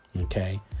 Okay